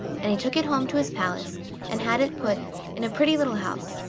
and he took it home to his palace and had it put in a pretty little house,